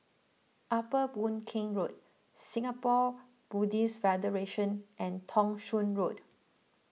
Upper Boon Keng Road Singapore Buddhist Federation and Thong Soon Road